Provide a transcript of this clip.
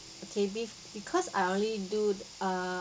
okay be because I only do err